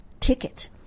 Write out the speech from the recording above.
ticket